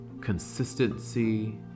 consistency